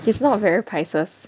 he's not very Pisces